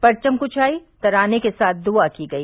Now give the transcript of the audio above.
परवम कुशाई तरने के साथ दुआ की गई